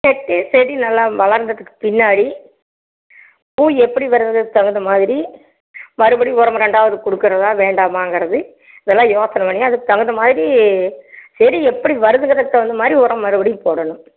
வெட்டி செடி நல்லா வளர்ந்ததுக்கு பின்னாடி பூ எப்படி வருதுங்கிறதுக்கு தகுந்த மாதிரி மறுபடி உரம் ரெண்டாவது கொடுக்குறதா வேண்டாமாங்கிறது நல்லா யோசனை பண்ணி அதுக்கு தகுந்த மாதிரி செடி எப்படி வருதுங்கிறதுக்கு தகுந்த மாதிரி உரம் மறுபடி போடணும்